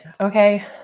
okay